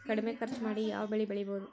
ಕಡಮಿ ಖರ್ಚ ಮಾಡಿ ಯಾವ್ ಬೆಳಿ ಬೆಳಿಬೋದ್?